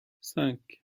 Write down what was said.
cinq